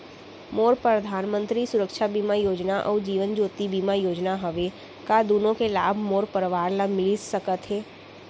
मोर परधानमंतरी सुरक्षा बीमा योजना अऊ जीवन ज्योति बीमा योजना हवे, का दूनो के लाभ मोर परवार ल मिलिस सकत हे?